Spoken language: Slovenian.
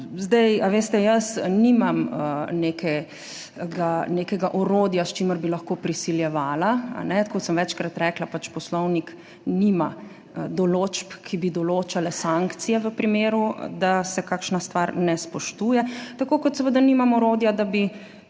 pisno. Veste, jaz nimam nekega orodja, s katerim bi lahko prisiljevala, kot sem večkrat rekla, poslovnik nima določb, ki bi določale sankcije v primeru, da se kakšna stvar ne spoštuje. Tako kot seveda nimam orodja, da bi